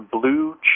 Blue